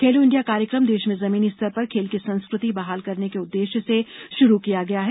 खेलो India कार्यक्रम देश में जमीनी स्तर पर खेल की संस्कृति बहाल करने के उद्देश्य से शुरू किया गया है